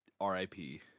R-I-P